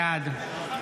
בעד יעקב